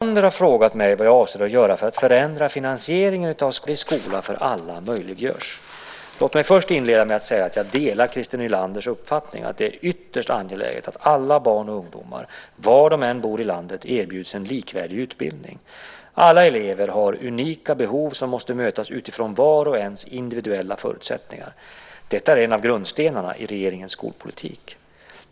Herr talman! Christer Nylander har frågat mig vad jag avser att göra för att förändra finansieringen av skolan så att en likvärdig skola för alla möjliggörs. Låt mig först inleda med att säga att jag delar Christer Nylanders uppfattning att det är ytterst angeläget att alla barn och ungdomar, var de än bor i landet, erbjuds en likvärdig utbildning. Alla elever har unika behov som måste mötas utifrån vars och ens individuella förutsättningar. Detta är en av grundstenarna i regeringens skolpolitik.